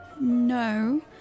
No